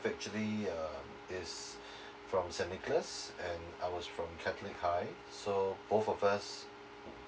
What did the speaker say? actually um is from saint nicholas and I was from catholic high so both of us